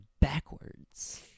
backwards